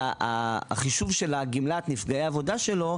החישוב של גמלת נפגעי העבודה שלו,